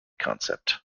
concept